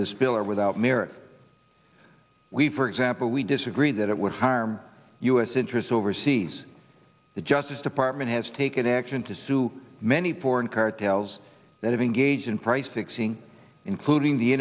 this bill are without merit we for example we disagree that it would harm u s interests overseas the justice department has taken action to sue many porn cartels that engage in price fixing including the